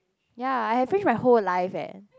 ya I have fringe my whole life eh